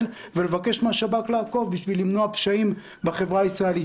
ולבקש מן השב"כ לעקוב בשביל למנוע פשעים בחברה הישראלית.